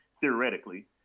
theoretically